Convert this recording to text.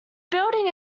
building